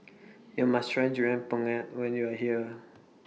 YOU must Try Durian Pengat when YOU Are here